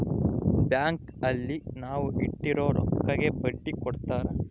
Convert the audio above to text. bank ಅಲ್ಲಿ ನಾವ್ ಇಟ್ಟಿರೋ ರೊಕ್ಕಗೆ ಬಡ್ಡಿ ಕೊಡ್ತಾರ